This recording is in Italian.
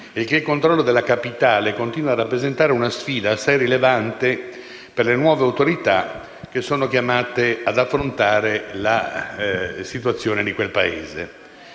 il controllo della capitale continua a rappresentare una sfida assai rilevante per le nuove autorità che sono chiamate ad affrontare la situazione di quel Paese.